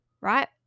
right